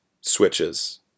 switches